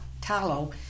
tallow